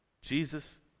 Jesus